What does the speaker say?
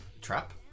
Trap